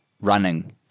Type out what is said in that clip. Running